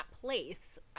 place